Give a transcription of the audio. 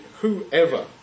whoever